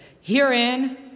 Herein